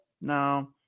No